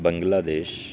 بنگلہ دیش